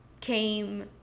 came